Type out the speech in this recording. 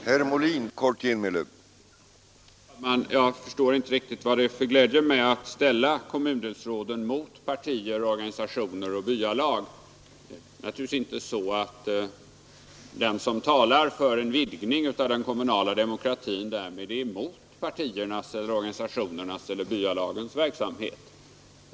Herr talman! Jag förstår inte riktigt vad det är för glädje med att ställa kommundelsråden mot partier, organisationer och byalag. Det är naturligtvis inte så att den som talar för en vidgning av den kommunala 25 Nr 37 demokratin därmed är emot partiernas, organisationernas eller byalagens Onsdagen den verksamhet.